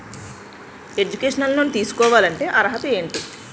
Educational loan తీసుకోవాలంటే అర్హత ఏంటి?